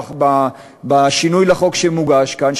בשינוי לחוק שמוגש כאן,